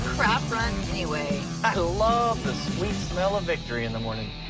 crap run anyway i love the sweet smell of victory in the morning